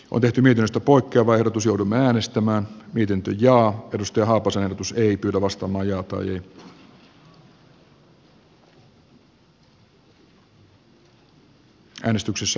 odotimme tästä poikkeava ehdotus joudun äänestämään miten teija edusti haapasalo syrjitty arvoisa puhemies